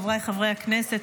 חבריי חברי הכנסת,